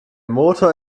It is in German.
motor